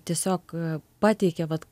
tiesiog pateikia vat